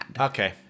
Okay